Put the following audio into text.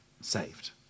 saved